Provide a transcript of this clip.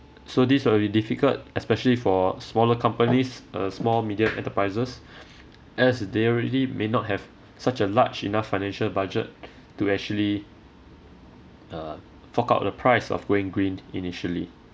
so this are really difficult especially for smaller companies uh small medium enterprises as they already may not have such a large enough financial budget to actually uh fork out the price of going green initially